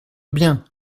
bien